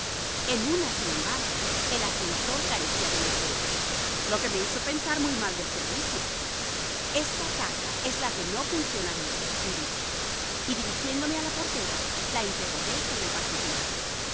en una sin embargo el ascensor carecía de letrero lo que me hizo pensar muy mal del servicio esta casa es la que no funciona bien me dije y dirigiéndome a la portera la interrogué sobre el particular